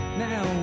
now